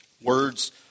Words